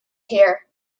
here